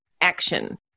action